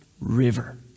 river